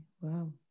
Wow